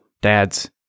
dads